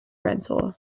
rental